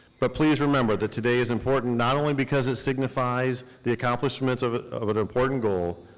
but please remember that today is important not only because it signifies the accomplishments of of an important goal,